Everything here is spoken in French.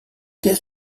qu’est